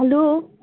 hello